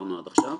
שדיברנו עד עכשיו,